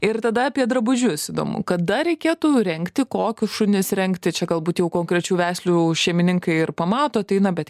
ir tada apie drabužius įdomu kada reikėtų rengti kokius šunis rengti čia galbūt jau konkrečių veislių šeimininkai ir pamato ateina bet